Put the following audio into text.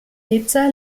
nizza